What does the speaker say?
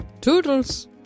Toodles